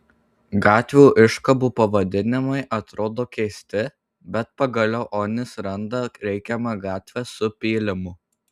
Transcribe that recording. gatvių iškabų pavadinimai atrodo keisti bet pagaliau onis randa reikiamą gatvę su pylimu